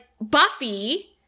buffy